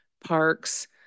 parks